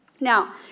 Now